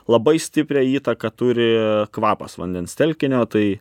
labai stiprią įtaką turi kvapas vandens telkinio tai